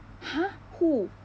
!huh! who